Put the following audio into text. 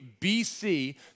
BC